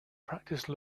practice